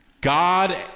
God